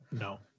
no